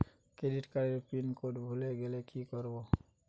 Credit কার্ডের pin code ভুলে গেলে কি করব?